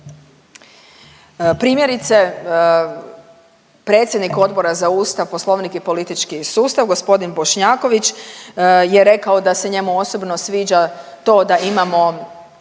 Primjerice predsjednik Odbora za Ustav, Poslovnik i politički sustav gospodin Bošnjaković je rekao da se njemu osobno sviđa to da imamo